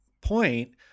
point